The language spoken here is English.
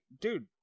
dude